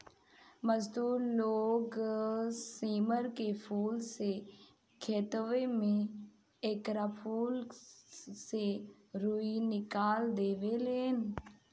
मजदूर लोग सेमर के फूल से खेतवे में एकरा फूल से रूई निकाल देवे लेन